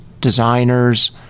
designers